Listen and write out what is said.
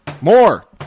more